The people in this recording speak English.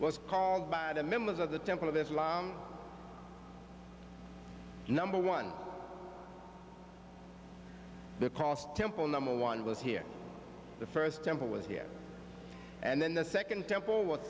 was called by the members of the temple of the number one the cost temple number one was here the first temple was here and then the second temple was